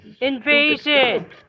Invasion